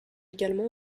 également